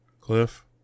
Cliff